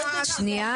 -- אז מה ההבדל?